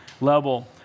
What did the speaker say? level